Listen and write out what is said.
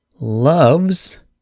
loves